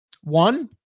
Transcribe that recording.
One